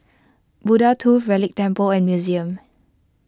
Buddha Tooth Relic Temple and Museum